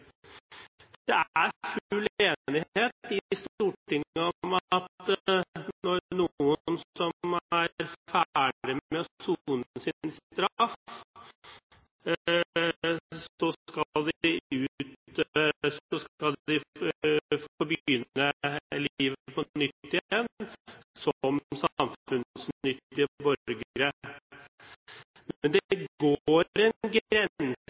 Det er full enighet i Stortinget om at når noen er ferdig med å sone sin straff, skal de få begynne livet på nytt